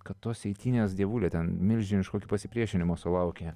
kad tos eitynės dievuli ten milžiniško pasipriešinimo sulaukė